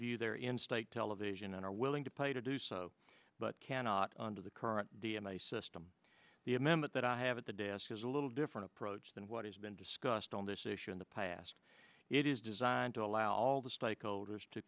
view their in state television and are willing to pay to do so but cannot under the current d m a system be a member that i have at the desk is a little different approach than what has been discussed on this issue in the past it is designed to allow all the stakeholders to